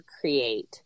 create